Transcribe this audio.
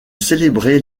célébrer